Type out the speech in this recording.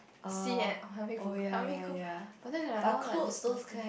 see and help me go help me go but then like now like there's nothing